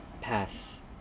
pass